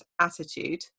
attitude